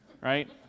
Right